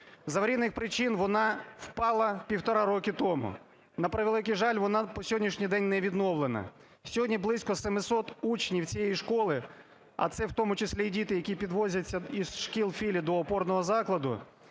З аварійних причин вона впала півтора роки тому. На превеликий жаль, вона по сьогоднішній день не відновлена. Сьогодні близько 700 учнів цієї школи, а це, в тому числі й діти, які підвозяться із шкіл-філій до опорного закладу,